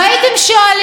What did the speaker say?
הכול היה בסדר.